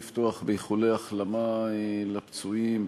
לפתוח באיחולי החלמה לפצועים,